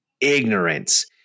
ignorance